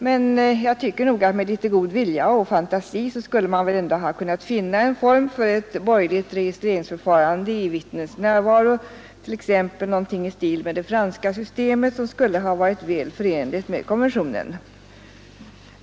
Men med litet god vilja och fant indningarna att det inte står i full i skulle man väl ändå ha kunnat finna en form för ett borgerligt registreringsförfarande i vittnens närvaro, t något i stil med det franska systemet, som skulle ha varit väl förenligt med konventionen.